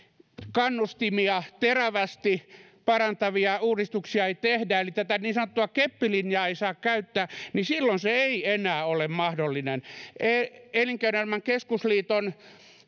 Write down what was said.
kannustimia terävästi parantavia uudistuksia ei tehdä eli tätä niin sanottua keppilinjaa ei saa käyttää niin silloin se ei enää ole mahdollinen elinkeinoelämän keskusliiton